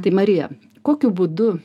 tai marija kokiu būdu